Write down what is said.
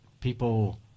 people